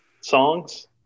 songs